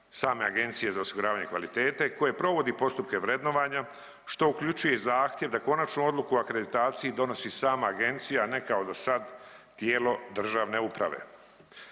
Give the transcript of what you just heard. same Agencije za osiguravanje kvalitete koje provodi postupke vrednovanja, što uključuje zahtjev da konačnu odluku o akreditaciji donosi sama agencija, a ne kao dosad tijelo državne uprave.